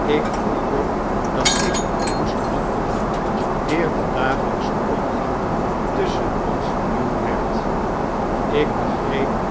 ik voelde dat ik moest handelen eer de dagemjksche oimgang tusschen ons vernieuwd werd ik begreep